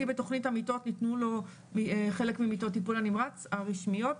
בתוכנית המיטות ניתנו לו חלק ממיטות טיפול הנמרץ הרשמיות,